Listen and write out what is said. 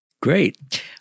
Great